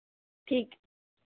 ਠੀਕ